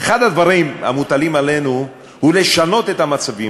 אחד הדברים המוטלים עלינו הוא לשנות את המצבים